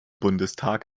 bundestag